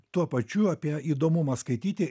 tuo pačiu apie įdomumą skaityti